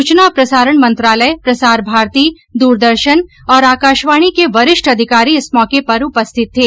सूचना और प्रसारण मंत्रालय प्रसार भारती दूरदर्शन और आकाशवाणी के वरिष्ठ अधिकारी इस मौके पर उपस्थित थे